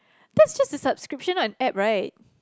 that's just the subscription on App right